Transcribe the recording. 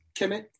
Kemet